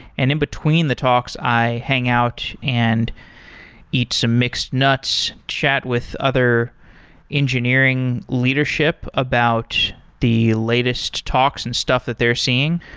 and in between the talks i hang out and eat some mixed nuts, chat with other engineering leadership about the latest talks and stuff that they're seeing,